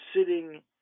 sitting